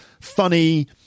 funny